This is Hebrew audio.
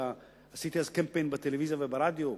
עשיתי אז קמפיין בטלוויזיה וברדיו,